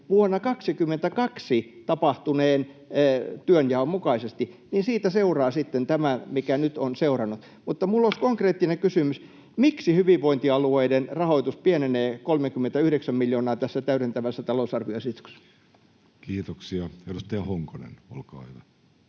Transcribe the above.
vuonna 22 tapahtuneen työnjaon mukaisesti, niin siitä seuraa sitten tämä, mikä nyt on seurannut. Mutta minulla olisi konkreettinen kysymys: miksi hyvinvointialueiden rahoitus pienenee 39 miljoonaa tässä täydentävässä talousarvioesityksessä? Kiitoksia. — Edustaja Honkonen, olkaa hyvä.